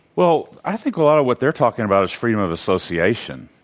well, i think a lot of what they're talking about is freedom of association.